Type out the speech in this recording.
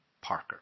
Parker